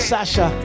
Sasha